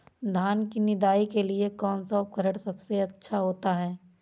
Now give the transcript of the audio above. धान की निदाई के लिए कौन सा उपकरण सबसे अच्छा होता है?